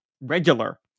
regular